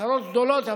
צרות גדולות,